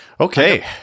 Okay